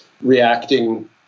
reacting